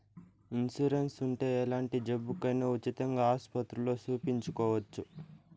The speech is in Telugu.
ఇన్సూరెన్స్ ఉంటే ఎలాంటి జబ్బుకైనా ఉచితంగా ఆస్పత్రుల్లో సూపించుకోవచ్చు